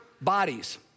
bodies